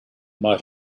might